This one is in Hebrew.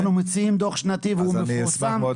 אנחנו מוציאים דו"ח שנתי והוא מפורסם --- אז אני אשמח מאוד